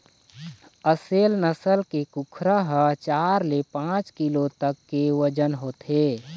असेल नसल के कुकरा ह चार ले पाँच किलो तक के बजन होथे